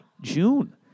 June